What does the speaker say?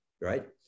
right